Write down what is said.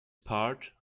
part